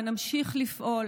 ונמשיך לפעול,